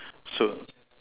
so